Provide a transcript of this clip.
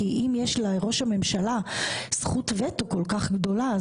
כי אם יש לראש הממשלה זכות וטו כל כך גדולה,